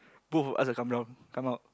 both of us will come down come out